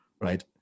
right